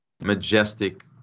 majestic